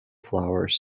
flowers